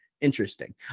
Interesting